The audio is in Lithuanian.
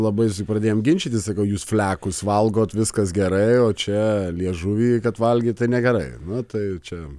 labai pradėjom ginčytis sakau jūs flekus valgot viskas gerai o čia liežuvį kad valgyt tai negerai nu tai čia